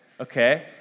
okay